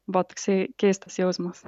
buvo toksai keistas jausmas